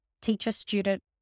teacher-student